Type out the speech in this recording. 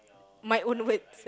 my own words